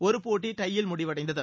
ஒருபோட்டி tie யில் முடிவடைந்தது